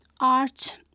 Art